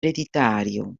ereditario